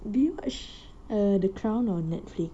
do you watch err the crown on netflix